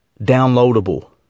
downloadable